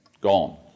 Gone